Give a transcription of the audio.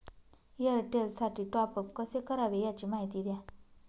एअरटेलसाठी टॉपअप कसे करावे? याची माहिती द्या